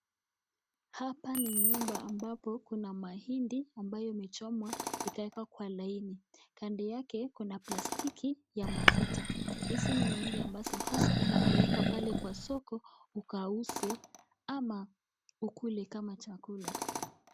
Hapa ni nyumba ambapo kuna mahindi imechomwa ikawekwa kwa laini kando yake kuna plastiki ya mafuta, hizi mahali ambazo haswa unapeleka pale kwa soko ukauze ama ukule kama chakula.